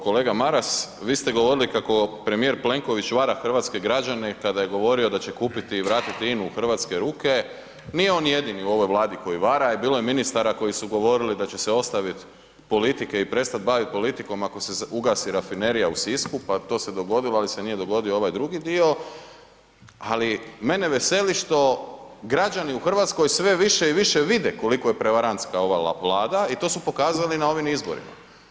Kolega Maras vi ste govorili kao premijer Plenković vara hrvatske građane kada je govorio da će kupiti i vratiti INU u hrvatske ruke, nije on jedini u ovoj Vladi koji vara i bilo je ministara koji su govorili da će se ostaviti politike i prestat bavit politikom ako se ugasi rafinerija u Sisku, pa to se dogodilo, ali se nije dogodio ovaj drugi dio, ali mene veseli što građani u Hrvatskoj sve više i više vide koliko je prevarantske ova Vlada i to su pokazali na ovim izborima.